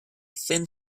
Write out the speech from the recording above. thin